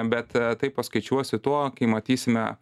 bet tai paskaičiuosi tuo kai matysime